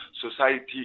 society